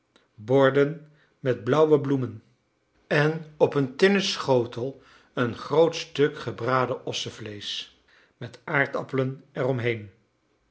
borden met blauwe bloemen en op een tinnen schotel een groot stuk gebraden ossenvleesch met aardappelen